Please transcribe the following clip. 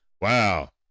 Wow